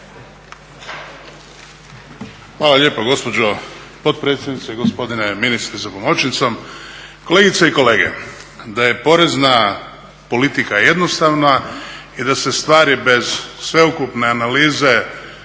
Hvala lijepa gospođo potpredsjednice. Gospodine ministre sa pomoćnicom, kolegice i kolege. Da je porezna politika jednostavna i da se stvari bez sveukupne analize